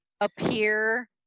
appear